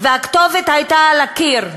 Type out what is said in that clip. והכתובת הייתה על הקיר.